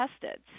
tested